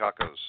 tacos